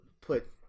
put